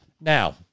Now